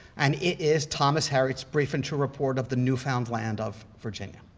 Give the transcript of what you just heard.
and it is thomas harriot's briefe and true report of the new found land of virginia.